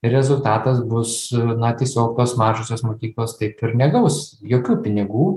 rezultatas bus na tiesiog tos mažosios mokyklos taip ir negaus jokių pinigų